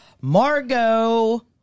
Margot